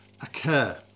occur